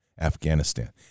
Afghanistan